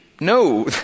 No